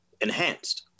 enhanced